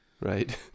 Right